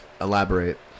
Elaborate